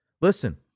Listen